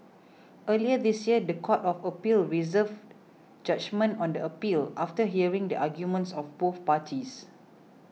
earlier this year the Court of Appeal reserved judgement on the appeal after hearing the arguments of both parties